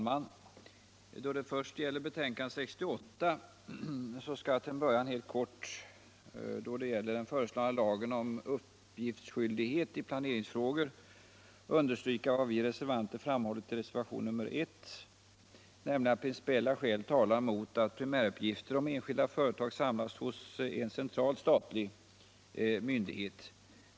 Herr talman! Då det gäller betänkandet nr 68 skall jag till en början helt kort, vad beträffar den föreslagna lagen om uppgiftsskyldighet i planeringsfrågor, understryka vad vi reservanter framhållit i reservation nr 1, nämligen att principiella skäl talar mot att primäruppgifter om enskilda företag samlas hos en central statlig myndighet.